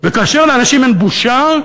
וכאשר לאנשים אין בושה,